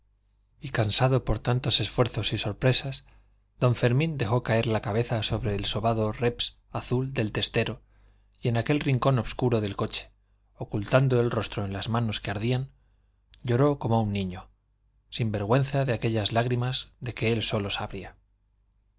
y cansado por tantos esfuerzos y sorpresas don fermín dejó caer la cabeza sobre el sobado reps azul del testero y en aquel rincón obscuro del coche ocultando el rostro en las manos que ardían lloró como un niño sin vergüenza de aquellas lágrimas de que él solo sabría